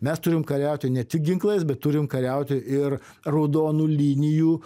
mes turim kariauti ne tik ginklais bet turim kariauti ir raudonų linijų